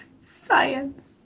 science